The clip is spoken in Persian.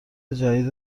جدید